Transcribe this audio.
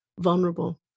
vulnerable